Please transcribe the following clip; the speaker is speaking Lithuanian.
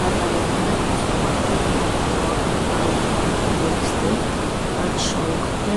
negalėjome rizikuoti ir duoti lordui aido dingstį atšaukti